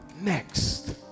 Next